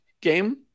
game